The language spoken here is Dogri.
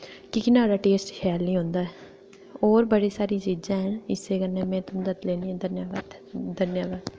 की कि नुआढ़ा टेस्ट शैल नि होंदा ऐ और बड़ी सारी चीजां हैन इस्से कन्नै मैं तुंदा लेनी ऐ धन्यवाद धन्यवाद